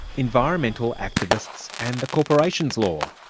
environmental activists and the corporations law.